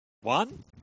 One